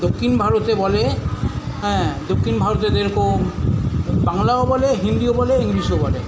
দক্ষিণ ভারতে বলে হ্যাঁ দক্ষিণ ভারতে যেরকম বাংলাও বলে হিন্দিও বলে ইংলিশও বলে